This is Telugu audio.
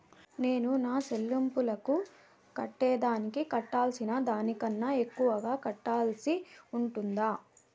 నేను నా సెల్లింపులకు కట్టేదానికి కట్టాల్సిన దానికన్నా ఎక్కువగా కట్టాల్సి ఉంటుందా?